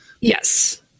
Yes